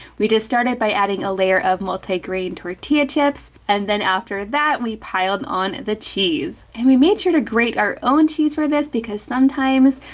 we just started by adding a layer of multi-grain tortilla chips, and then after that we piled on the cheese. and we made sure to grate our own cheese for this, because sometimes,